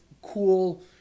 Cool